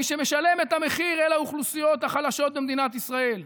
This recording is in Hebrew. מי שמשלמים את המחיר אלה האוכלוסיות החלשות במדינת ישראל,